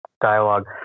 dialogue